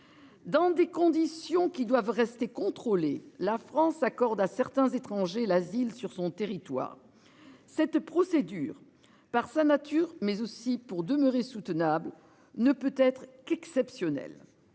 Dans des conditions qui doivent rester contrôler la France accorde à certains étrangers l'asile sur son territoire. Cette procédure. Par sa nature mais aussi pour demeurer soutenable ne peut être qu'exceptionnel,